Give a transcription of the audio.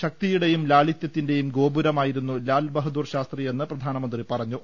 ശക്തിയുടെയും ലാളിതൃത്തിന്റെയും ഗോപുരമായിരുന്നു ലാൽ ബഹദൂർ ശാസ്ത്രിയെന്ന് പ്രധാനമന്ത്രി പറഞ്ഞു